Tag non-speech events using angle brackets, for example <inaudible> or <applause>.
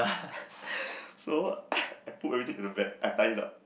<laughs> so <laughs> I poop everything into the bag I tied it up